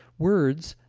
words,